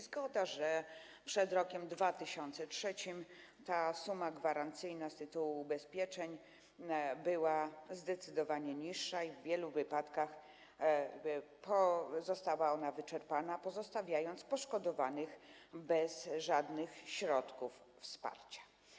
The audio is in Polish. Zgoda, że przed 2003 r. suma gwarancyjna z tytułu ubezpieczeń była zdecydowanie niższa i w wielu wypadkach została ona wyczerpana, pozostawiając poszkodowanych bez żadnych środków wsparcia.